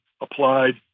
applied